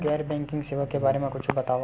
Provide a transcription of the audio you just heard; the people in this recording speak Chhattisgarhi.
गैर बैंकिंग सेवा के बारे म कुछु बतावव?